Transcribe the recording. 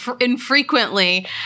infrequently